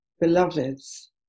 beloveds